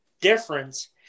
difference